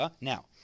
Now